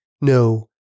No